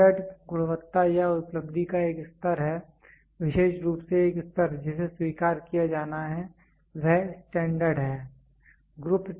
standard गुणवत्ता या उपलब्धि का एक स्तर है विशेष रूप से एक स्तर जिसे स्वीकार किया जाना है वह स्टैंडर्ड है